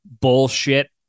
bullshit